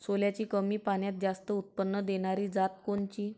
सोल्याची कमी पान्यात जास्त उत्पन्न देनारी जात कोनची?